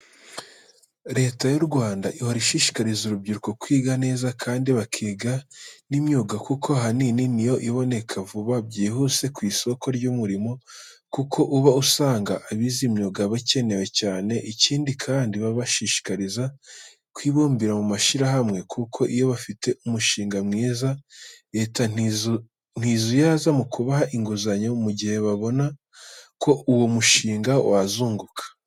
Leta y'u Rwanda ihora ishishikariza urubyiruko kwiga neza, kandi bakiga n'imyuga kuko ahanini niyo iboneka vuba byihuse ku isoko ry'umurimo, kuko uba usanga abize imyuga bakenewe cyane. Ikindi kandi babashishikariza kwibumbira mu mashyirahamwe kuko iyo bafite umushinga mwiza Leta ntizuyaza mukubaha inguzanyo mu gihe babona ko uwo mushinga wazunguka.